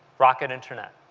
rocket internet,